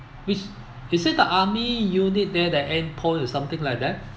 which is it the army unit there the end point or something like that